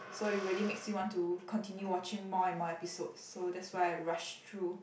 so it really makes you want to continue watching more and more episodes so that's why I rush through